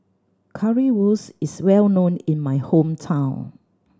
currywurst is well known in my hometown